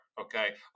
Okay